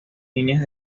líneas